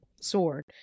sword